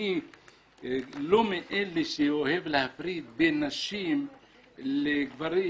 אני לא מאלה שאוהב להפריד בין נשים לגברים.